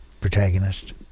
protagonist